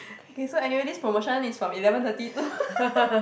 okay so anyway this promotion is from eleven thirty to